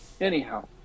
anyhow